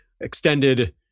extended